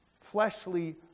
fleshly